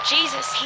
Jesus